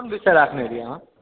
क़ोन विषय राखने रहियै अहाँ